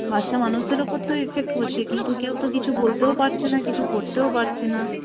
বাচ্চা মানুষদের ওপর তো এফেক্ট হচ্ছে কিন্তু কেউ তো কিছু বলতেও পারছে না কিছু করতেও পারছে না